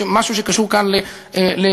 משהו שקשור כאן לירושלים,